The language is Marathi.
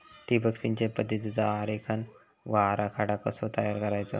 ठिबक सिंचन पद्धतीचा आरेखन व आराखडो कसो तयार करायचो?